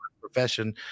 profession